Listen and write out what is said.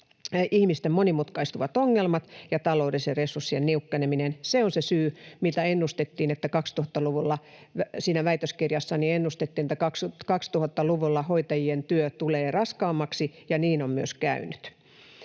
ihmisten monimutkaistuviin ongelmiin ja taloudellisten resurssien niukkenemiseen. Se on se syy, miksi siinä väitöskirjassani ennustettiin, että 2000-luvulla hoitajien työ tulee raskaammaksi, ja niin on myös käynyt.